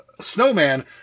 snowman